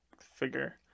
figure